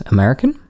American